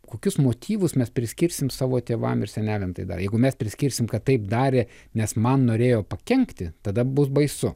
kokius motyvus mes priskirsim savo tėvam ir seneliam tai dar jeigu mes priskirsim kad taip darė nes man norėjo pakenkti tada bus baisu